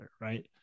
Right